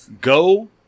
go